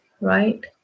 Right